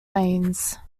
lanes